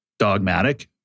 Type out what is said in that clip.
dogmatic